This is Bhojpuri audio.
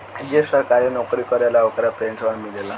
जे सरकारी नौकरी करेला ओकरा पेंशन मिलेला